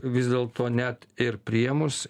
vis dėlto net ir priėmus